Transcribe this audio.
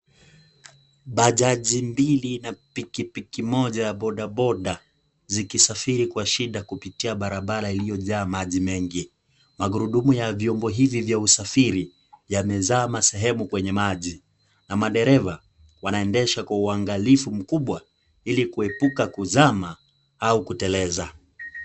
Bajaji mbili na pikipiki moja ya bodaboda, zikisafiri kwa shida kupitia barabara iliyojaa maji mengi. Magurudumu ya vyombo hivi vya usafiri, yamezama sehemu kwenye maji na madereva wanaendesha kwa uangalifu mkubwa, ili kuepuka kuzama au kuteleza.